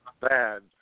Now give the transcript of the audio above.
Bad